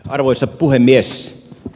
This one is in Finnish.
arvoisa puhemies